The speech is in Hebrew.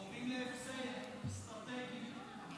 קרובים להפסד אסטרטגי.